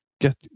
get